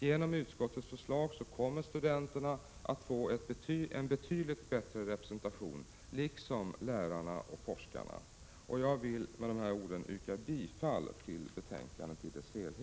Genom utskottets förslag kommer studenterna att få en betydligt bättre representation liksom lärarna och forskarna. Jag vill med dessa ord yrka bifall till utskottets hemställan i dess helhet.